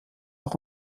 auch